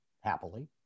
happily